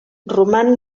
roman